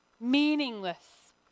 Meaningless